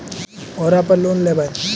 ओरापर लोन लेवै?